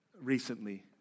recently